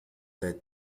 led